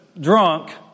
drunk